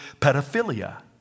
pedophilia